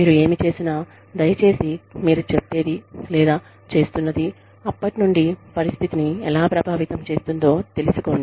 మీరు ఏమి చేసినా దయచేసి మీరు చెప్పేది లేదా చేస్తున్నది అప్పటినుండి పరిస్థితిని ఎలా ప్రభావితం చేస్తుందో తెలుసుకోండి